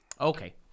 Okay